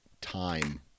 time